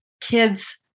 kids